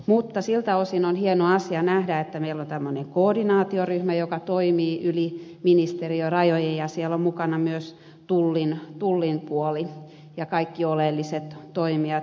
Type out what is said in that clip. mutta siltä osin on hieno asia nähdä että meillä on tämmöinen koordinaatioryhmä joka toimii yli ministe riörajojen ja siellä on mukana myös tullin puoli ja kaikki oleelliset toimijat